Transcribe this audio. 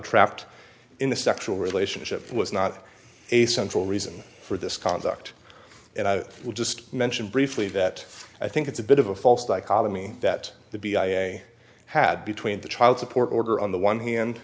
trapped in a sexual relationship was not a central reason for this conduct and i will just mention briefly that i think it's a bit of a false dichotomy that the b ira had between the child support order on the one hand